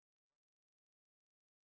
what would it be